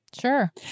Sure